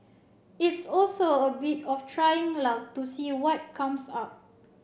it's also a bit of trying luck to see what comes up